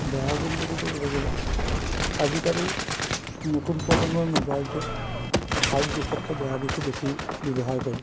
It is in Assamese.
বেয়া গুণ বুলি ক'বলৈ গ'লে আজিকালি নতুন প্ৰজন্মই মোবাইলটো ভাল দিশতকৈ বেয়া দিশটো বেছি ব্যৱহাৰ কৰে